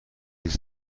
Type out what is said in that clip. les